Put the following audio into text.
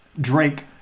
Drake